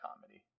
comedy